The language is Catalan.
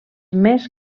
més